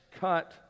cut